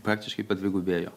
praktiškai padvigubėjo